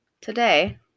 today